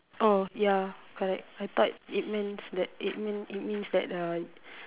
oh ya correct I thought it means that it mean it means that uh